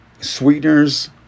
sweeteners